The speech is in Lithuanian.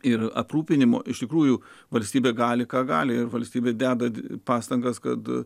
ir aprūpinimo iš tikrųjų valstybė gali ką gali ir valstybė deda pastangas kad